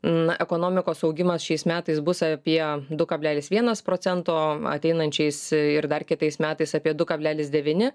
na ekonomikos augimas šiais metais bus apie du kablelis vienas procento ateinančiais ir dar kitais metais apie du kablelis devyni